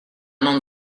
non